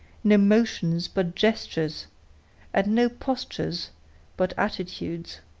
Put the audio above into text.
no motions but gestures and no postures but attitudes.